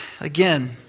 Again